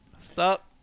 Stop